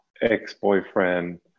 ex-boyfriend